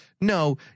No